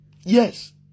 Yes